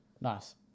Nice